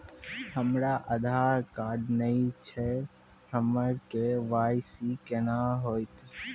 हमरा आधार कार्ड नई छै हमर के.वाई.सी कोना हैत?